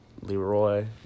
Leroy